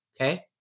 okay